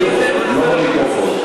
לא למיקרופון.